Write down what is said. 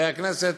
לחברי הכנסת,